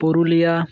Purulia